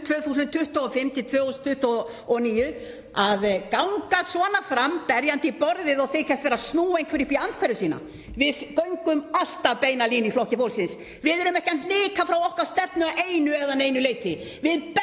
að ganga svona fram, berja í borðið og þykjast vera að snúa einhverju upp í andhverfu sína — við göngum alltaf beina línu í Flokki fólksins. Við erum ekki að hnika frá okkar stefnu að einu eða neinu leyti, við berjumst